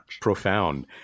Profound